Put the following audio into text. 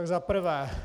Za prvé.